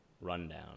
Rundown